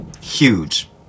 Huge